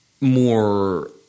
more